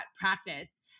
practice